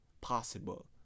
possible